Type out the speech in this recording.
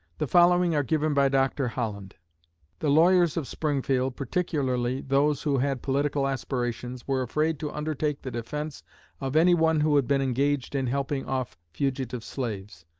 the following are given by dr. holland the lawyers of springfield, particularly those who had political aspirations, were afraid to undertake the defense of anyone who had been engaged in helping off fugitives slaves.